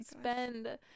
spend